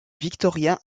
victoria